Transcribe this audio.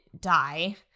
die